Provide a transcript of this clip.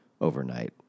overnight